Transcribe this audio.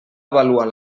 avaluar